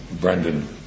Brendan